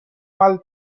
mal